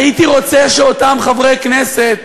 הייתי רוצה שאותם חברי כנסת,